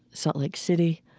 salt lake city,